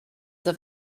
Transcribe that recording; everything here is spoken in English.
have